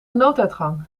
nooduitgang